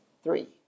Three